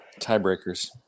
Tiebreakers